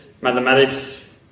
mathematics